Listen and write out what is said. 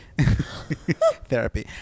therapy